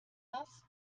das